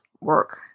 work